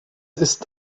ist